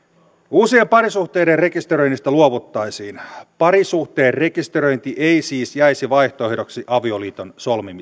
uusien parisuhteiden rekisteröinnistä luovuttaisiin parisuhteen rekisteröinti ei siis jäisi vaihtoehdoksi avioliiton solmimiselle